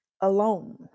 alone